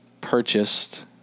purchased